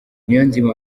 niyonzima